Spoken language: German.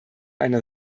einer